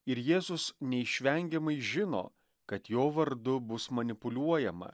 ir jėzus neišvengiamai žino kad jo vardu bus manipuliuojama